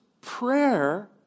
prayer